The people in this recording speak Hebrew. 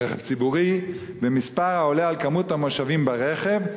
ברכב ציבורי, במספר העולה על כמות המושבים ברכב.